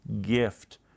gift